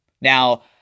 Now